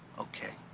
okay.